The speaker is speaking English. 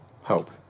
hope